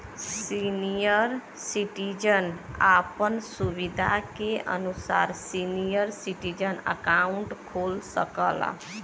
senior citizen आपन सुविधा के अनुसार सीनियर सिटीजन अकाउंट खोल सकला